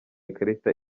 ikarita